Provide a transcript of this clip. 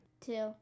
Two